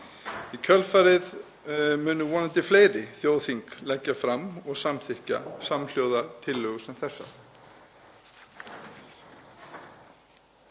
Í kjölfarið munu vonandi fleiri þjóðþing leggja fram og samþykkja samhljóða tillögu sem þessa.